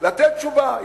אלא לתת תשובה.